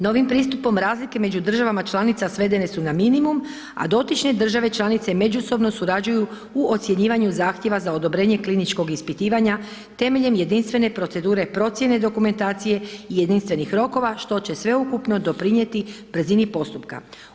Novim pristupom razlike među državama članica svedene su na minimum a dotične države članice međusobno surađuju u ocjenjivanju zahtjeva za odobrenje kliničkog ispitivanja temeljem jedinstvene procedure procjene dokumentacije i jedinstvenih rokova što će sveukupno doprinijeti brzini postupka.